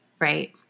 right